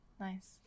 Nice